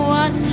one